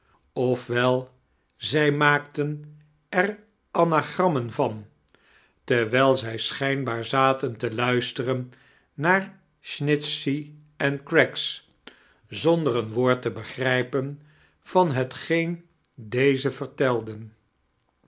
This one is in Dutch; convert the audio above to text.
wel zij rriaakten er anagrammen van terwijl eij schrjnbaar zaten te luisteren naar snitehey en craggs zonder een woord te begrijpen van hetgeen deae vextelden